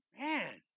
man